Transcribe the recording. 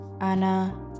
anna